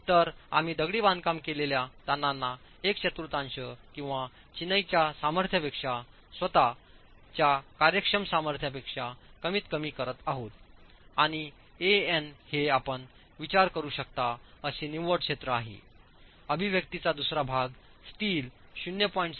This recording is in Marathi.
तर आम्ही दगडी बांधकाम केलेल्या ताणांना एक चतुर्थांश किंवा चिनाईच्या सामर्थ्यापेक्षा स्वत च्या कार्यक्षम सामर्थ्यापेक्षा कमी मर्यादित करत आहोत आणि An हे आपण विचार करू शकता असे निव्वळ क्षेत्र आहेअभिव्यक्तीचा दुसरा भाग स्टील 0